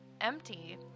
empty